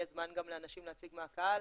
יהיה זמן גם לאנשים להציג מהקהל,